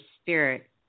spirit